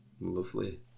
lovely